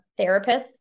therapists